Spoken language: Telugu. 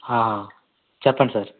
చెప్పండి సార్